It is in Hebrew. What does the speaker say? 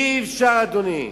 אי-אפשר, אדוני.